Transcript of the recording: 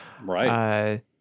Right